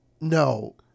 No